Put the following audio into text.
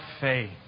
faith